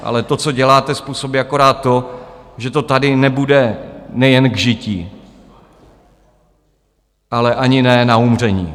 Ale to, co děláte, způsobí akorát to, že to tady nebude nejen k žití, ale ani ne na umření.